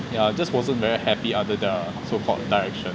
ya just wasn't very happy under the so called direction